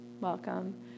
welcome